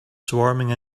swarming